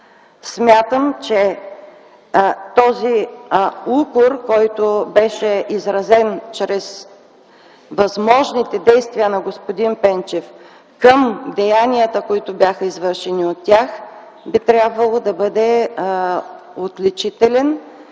Смятам, че този укор, изразен чрез възможните действия на господин Пенчев към деянията, които бяха извършени от тях, би трябвало да бъде отличителен